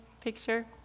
picture